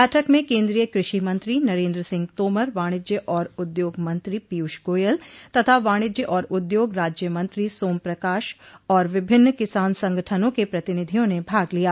बैठक में केंद्रीय कृषि मंत्री नरेंद्र सिंह तोमर वाणिज्य और उद्योग मंत्री पीयूष गोयल तथा वाणिज्य और उद्योग राज्य मंत्री साम प्रकाश और विभिन्न किसान संगठनों के प्रतिनिधियों ने भाग लिया